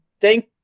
thank